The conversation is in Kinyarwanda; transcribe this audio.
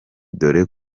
dore